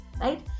Right